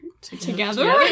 together